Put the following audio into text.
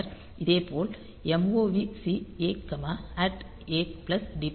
பின்னர் இதேபோல் MOVC A A dptr